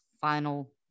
final